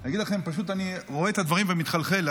אני אגיד לכם, אני רואה את הדברים ומתחלחל.